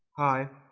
hi!